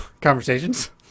conversations